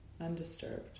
undisturbed